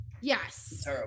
Yes